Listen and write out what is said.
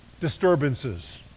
disturbances